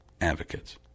advocates